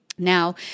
Now